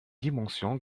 dimension